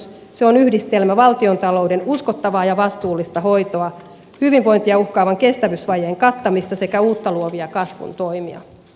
se on yhdistelmä valtiontalouden uskottavaa ja vastuullista hoitoa hyvinvointia uhkaavan kestävyysvajeen kattamista sekä uutta luovia kasvun toimia